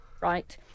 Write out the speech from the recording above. right